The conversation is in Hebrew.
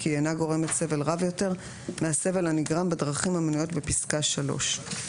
כי היא אינה גורמת סבל רב יותר מהסבל הנגרם ברכים המנויות בפסקה (3).